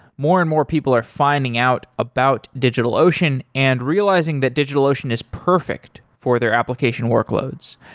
more and more people are finding out about digitalocean and realizing that digitalocean is perfect for their application workloads.